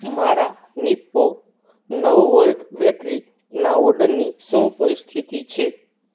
મારા નિપ્પો નવ વોલ્ટ બેટરીના ઓર્ડરની શું પરિસ્થિતિ છે